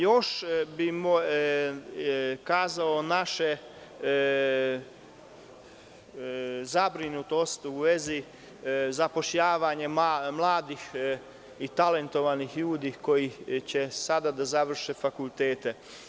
Još bih iskazao našu zabrinutost u vezi zapošljavanja mladih i talentovanih ljudi koji će sada da završe fakultete.